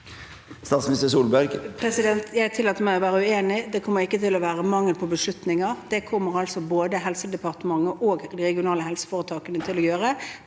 Statsminister Erna Solberg Jeg tillater meg å være uenig. Det kommer ikke til å være mangel på beslutninger. Det kommer både Helsedepartementet og de regionale helseforetakene til å ta